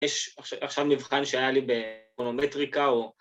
‫יש עכשיו מבחן שהיה לי ‫באקונומטריקה, או...